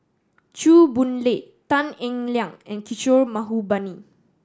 Chew Boon Lay Tan Eng Liang and Kishore Mahbubani